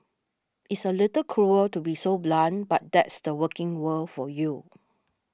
it's a little cruel to be so blunt but that's the working world for you